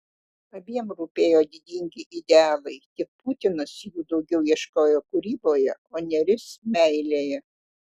abiem rūpėjo didingi idealai tik putinas jų daugiau ieškojo kūryboje o nėris meilėje